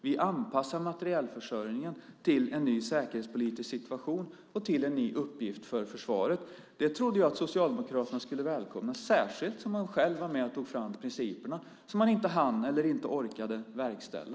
Vi anpassar materielförsörjningen till en ny säkerhetspolitisk situation och till en ny uppgift för försvaret. Det trodde jag att Socialdemokraterna skulle välkomna, särskilt som man själv var med och tog fram principerna, som man inte hann eller inte orkade verkställa.